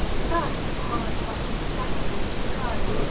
first he swung across from the scaffolding to a girder,